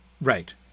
Right